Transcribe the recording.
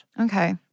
Okay